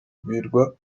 birwa